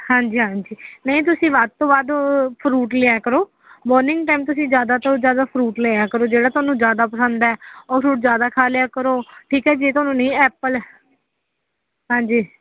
ਹਾਂਜੀ ਹਾਂਜੀ ਨਹੀਂ ਤੁਸੀਂ ਵੱਧ ਤੋਂ ਵੱਧ ਫਰੂਟ ਲਿਆ ਕਰੋ ਮੋਰਨਿੰਗ ਟਾਈਮ ਤੁਸੀਂ ਜ਼ਿਆਦਾ ਤੋਂ ਜ਼ਿਆਦਾ ਫਰੂਟ ਲਿਆ ਕਰੋ ਜਿਹੜਾ ਤੁਹਾਨੂੰ ਜ਼ਿਆਦਾ ਪਸੰਦ ਹੈ ਉਹ ਫਰੂਟ ਜ਼ਿਆਦਾ ਖਾ ਲਿਆ ਕਰੋ ਠੀਕ ਹੈ ਜੇ ਤੁਹਾਨੂੰ ਨਹੀਂ ਐਪਲ ਹਾਂਜੀ